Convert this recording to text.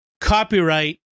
copyright